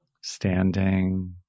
standing